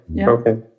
okay